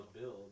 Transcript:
build